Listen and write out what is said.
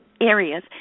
Areas